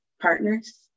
partners